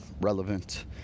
relevant